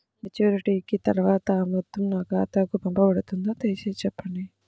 Maturity తర్వాత ఆ మొత్తం నా ఖాతాకు పంపబడుతుందా? దయచేసి చెప్పండి?